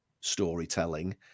storytelling